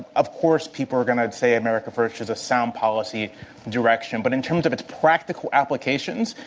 of course people are going to say america first is a sound policy direction. but in terms of its practical applications,